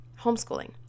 homeschooling